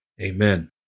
Amen